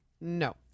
No